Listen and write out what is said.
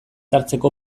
hartzeko